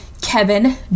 Kevin